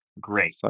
Great